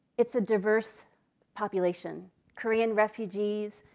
it's a diverse population korean refugees,